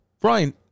Brian